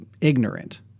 ignorant